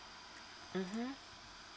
mmhmm